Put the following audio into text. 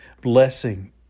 blessing